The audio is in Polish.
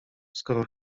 skoro